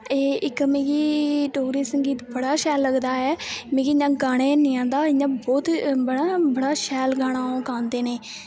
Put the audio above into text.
एह् इक मिगी डोगरी संगीत बड़ा शैल लगदा ऐ मिगी इ'यां गाने निं आंदा इ'यां बड़ा बड़ा शैल गाना ओह् गांदे न